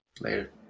Later